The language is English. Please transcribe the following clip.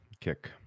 Kick